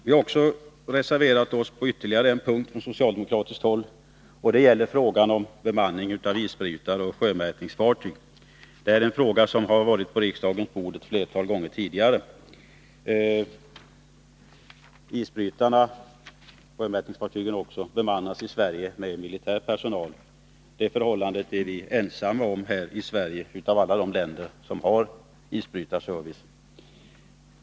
Vi har från socialdemokratiskt håll reserverat oss på ytterligare en punkt, nämligen beträffande bemanningen av isbrytare och sjömätningsfartyg. Den frågan har varit på riksdagens bord flera gånger tidigare. Isbrytarna och sjömätningsfartygen bemannas i Sverige med militär personal, ett förhållande som Sverige är ensamt om av alla de länder som har isbrytarservice.